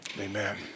Amen